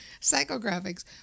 Psychographics